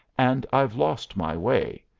and i've lost my way.